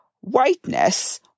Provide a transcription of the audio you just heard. whiteness